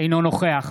אינו נוכח